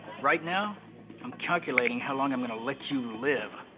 right now i'm calculating how long i'm going to let you live.